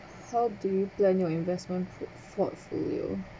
how do you plan your investment fort portfolio